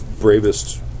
bravest